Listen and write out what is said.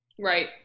Right